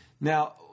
Now